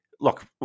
Look